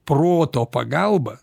proto pagalba